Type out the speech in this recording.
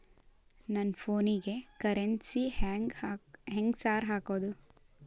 ನನ್ ಫೋನಿಗೆ ಕರೆನ್ಸಿ ಹೆಂಗ್ ಸಾರ್ ಹಾಕೋದ್?